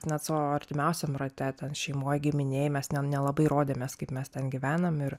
net savo artimiausiam rate ten šeimoj giminėj mes ne nelabai rodėmės kaip mes ten gyvenam ir